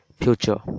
future